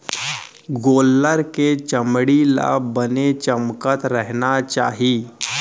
गोल्लर के चमड़ी ल बने चमकत रहना चाही